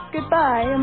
Goodbye